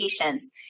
patients